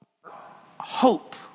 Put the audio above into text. hope